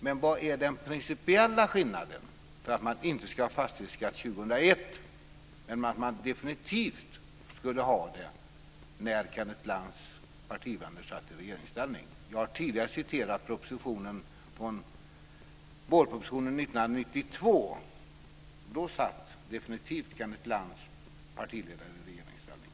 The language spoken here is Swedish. Men vad är den principiella skillnaden för att man inte ska ha fastighetsskatt 2001, men definitivt skulle ha det när Kenneth Lantz partivänner satt i regeringsställning? Jag har tidigare citerat ur vårpropositionen 1992. Då satt definitivt Kenneth Lantz partivänner i regeringsställning.